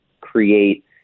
create